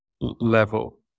level